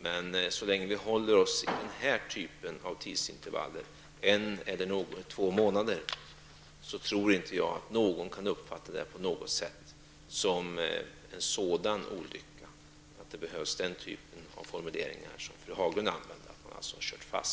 men så länge som vi håller oss till denna typ av tidsintervaller, en eller två månader, tror jag inte någon kan uppfatta det som en sådan olycka att man behöver tillgripa en sådan formulering som Ann-Cathrine Haglund använder, att vi har kört fast.